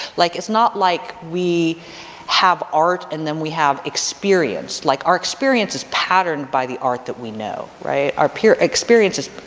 like it's not like we have art and then we have experience. like our experience is patterned by the art that we know right, our ah experiences,